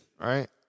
right